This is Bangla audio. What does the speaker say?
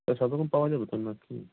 ওই সব রকম পাওয়া যাবে তো না কি